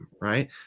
right